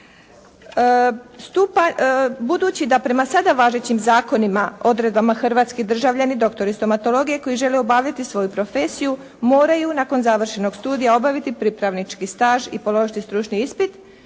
Budući da prema sada važećim zakonima, odredbama hrvatski državljani doktori stomatologije koji žele obavljati svoju profesiju, moraju nakon završenog studija obaviti pripravnički staž i položiti stručni ispit.